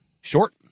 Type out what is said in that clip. Short